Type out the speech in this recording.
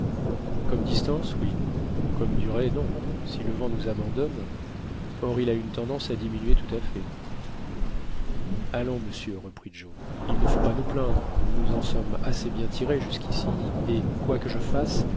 comme distance oui comme durée non si le vent nous abandonne or il a une tendance à diminuer tout à fait allons monsieur reprit joe il ne faut pas nous plaindre nous nous en sommes assez bien tirés jusqu'ici et quoi que je fasse